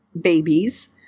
babies